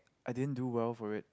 I didn't do well for it